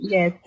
Yes